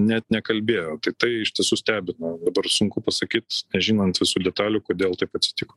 net nekalbėjo tai tai iš tiesų stebina dabar sunku pasakyt nežinant visų detalių kodėl taip atsitiko